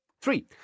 Three